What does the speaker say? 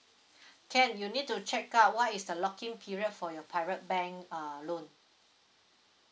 can you need to check out what is the lock in period for your private bank uh loan